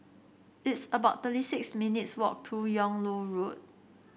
it's about thirty six minutes' walk to Yung Loh Road